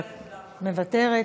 מוותרת.